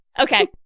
Okay